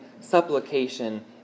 supplication